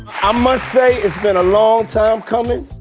um must say, it's been a long time coming.